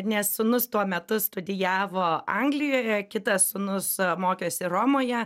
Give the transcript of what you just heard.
nes sūnus tuo metu studijavo anglijoje kitas sūnus mokėsi romoje